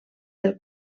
del